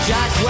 Jack